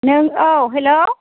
नों औ हेलौ